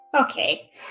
Okay